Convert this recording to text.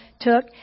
took